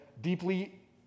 deeply